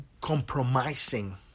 compromising